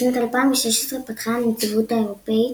בשנת 2016 פתחה הנציבות האירופית